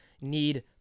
need